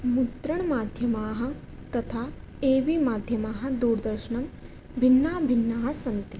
मुद्रणमाध्यमाः तथा A V माध्यमाः दूरदर्शनं भिन्नाः भिन्नाः सन्ति